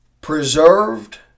preserved